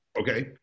Okay